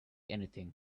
anything